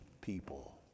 people